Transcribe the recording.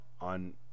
on